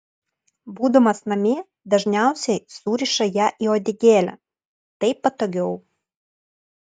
būdamas namie dažniausiai suriša ją į uodegėlę taip patogiau